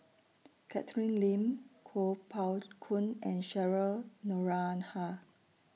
Catherine Lim Kuo Pao Kun and Cheryl Noronha